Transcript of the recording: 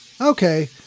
Okay